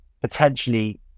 potentially